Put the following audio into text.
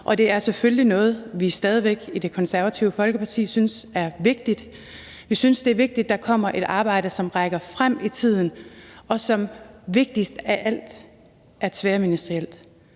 Det er selvfølgelig noget, vi stadig væk i Det Konservative Folkeparti synes er vigtigt. Vi synes, det er vigtigt, at der kommer et arbejde, som rækker frem i tiden, og som vigtigst af alt er tværministerielt.